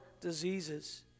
diseases